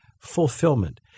fulfillment